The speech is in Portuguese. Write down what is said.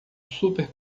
super